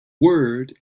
word